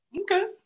Okay